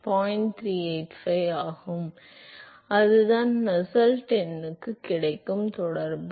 எனவே அதுதான் நுசெல்ட் எண்ணுக்குக் கிடைக்கும் தொடர்பு